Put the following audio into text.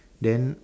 then